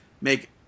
make